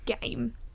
game